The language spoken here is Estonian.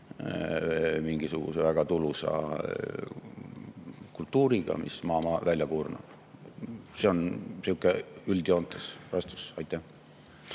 mingisuguse väga tulusa kultuuriga, mis maa välja kurnab. See on sihuke üldjoontes vastus. Siin